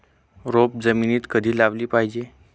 रोपे जमिनीत कधी लावली पाहिजे?